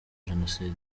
jenoside